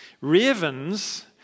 Ravens